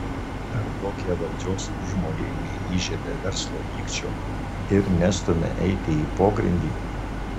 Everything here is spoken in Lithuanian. ar tokie valdžios užmojai neįžiebia verslo pykčio ir nestumia eiti į pogrindį